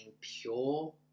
pure